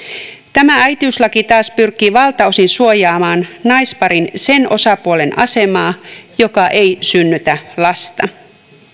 tämä äitiyslaki taas pyrkii valtaosin suojaamaan naisparin sen osapuolen asemaa joka ei synnytä lasta